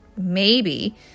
Maybe